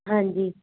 ਹਾਂਜੀ